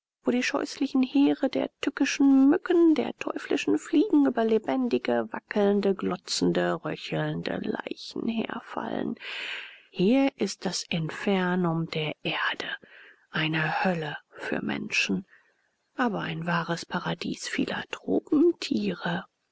wo die scheußlichen heere der tückischen mücken der teuflischen fliegen über lebendige wackelnde glotzende röchelnde leichen herfallen hier ist das infernum der erde eine hölle für menschen aber ein wahres paradies vieler